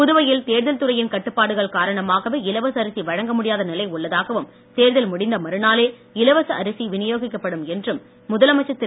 புதுவையில் தேர்தல் துறையின் கட்டுப்பாட்டுகள் காரணமாகவே இலவச அரிசி வழங்க முடியாத நிலை உள்ளதாகவும் தேர்தல் முடிந்த மறுநாளே இலவச அரிசி விநியோகிக்கப்படும் என்றும் முதலமைச்சர் திரு